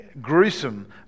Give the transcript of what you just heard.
Gruesome